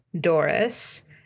Doris